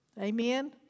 Amen